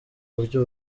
buryo